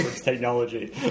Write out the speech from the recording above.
technology